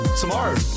Tomorrow